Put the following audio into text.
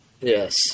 Yes